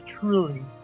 truly